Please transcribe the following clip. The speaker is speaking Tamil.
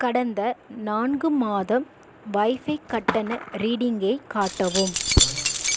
கடந்த நான்கு மாதம் வைஃபை கட்டண ரீடிங்கை காட்டவும்